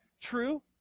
True